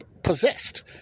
possessed